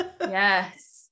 yes